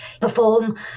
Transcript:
perform